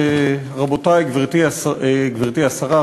גברתי השרה,